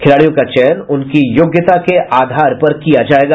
खिलाड़ियों का चयन उनकी योग्यता के आधार पर किया जायेगा